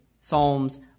Psalms